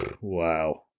Wow